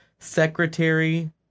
Secretary